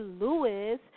Lewis